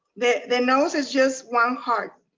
the the nose is just one heart,